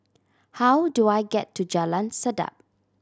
how do I get to Jalan Sedap